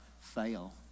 fail